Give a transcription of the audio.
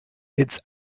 its